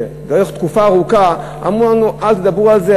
תקופה ארוכה אמרו לנו: אל תדברו על זה,